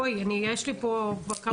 בואי, יש לי פה כבר כמה שנים.